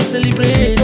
Celebrate